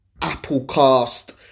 Applecast